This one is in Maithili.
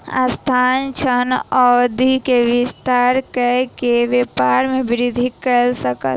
संस्थान, ऋण अवधि के विस्तार कय के व्यापार में वृद्धि कय सकल